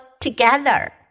together